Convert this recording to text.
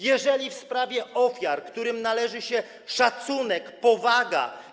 Jeżeli w sprawie ofiar, którym należy się szacunek, powaga.